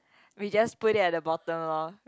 we just put it at the bottom loh